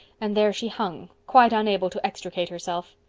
and there she hung, quite unable to extricate herself.